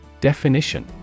Definition